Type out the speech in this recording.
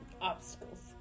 Obstacles